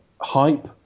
hype